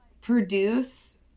produce